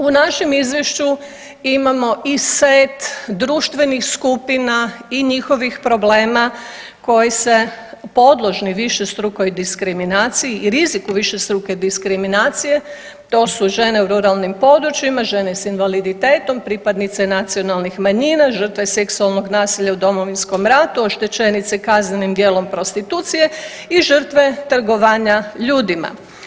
U našem izvješću imamo i set društvenih skupina i njihovih problema koji se podložni višestrukoj diskriminaciji i riziku višestruke diskriminacije, to su žene u ruralnim područjima, žene s invaliditetom, pripadnice nacionalnih manjina, žrtve seksualnog nasilja u Domovinskom ratu, oštećenice kaznenim djelom prostitucije i žrtve trgovanja ljudima.